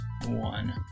One